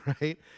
right